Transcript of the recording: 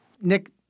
Nick